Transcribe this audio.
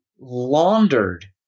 laundered